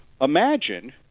imagine